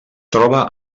troba